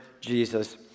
Jesus